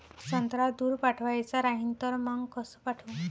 संत्रा दूर पाठवायचा राहिन तर मंग कस पाठवू?